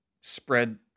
spread